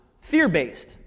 fear-based